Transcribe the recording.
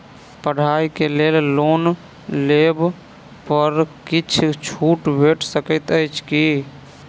पढ़ाई केँ लेल लोन लेबऽ पर किछ छुट भैट सकैत अछि की?